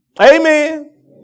Amen